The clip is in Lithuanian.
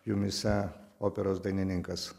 jumyse operos dainininkas